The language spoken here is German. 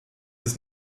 ist